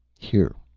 here!